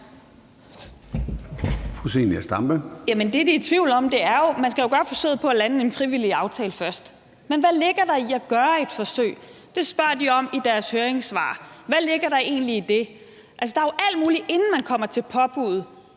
(RV): Det, de er i tvivl om, er, at man jo skal gøre forsøget på at lande en frivillig aftale først. Men hvad ligger der i at gøre et forsøg? Det spørger de om i deres høringssvar. Hvad ligger der egentlig i det? Der er jo alt muligt, inden man kommer til påbuddet,